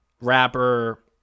rapper